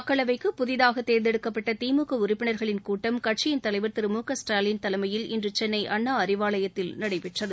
மக்களவைக்கு புதிதாக தேர்ந்தெடுக்கப்பட்ட திமுக உறுப்பினர்களின் கூட்டம் கட்சியின் தலைவர் திரு மு க ஸ்டாலின் தலைமையில் இன்று சென்னை அண்ணா அறிவாவயத்தில் நடைபெற்றது